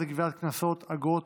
חברת הכנסת מאי גולן,